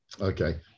Okay